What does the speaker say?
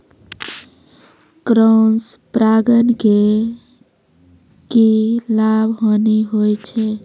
Cross परागण के की लाभ, हानि होय छै?